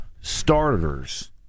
starters